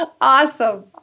Awesome